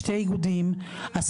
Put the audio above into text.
שני איגודים,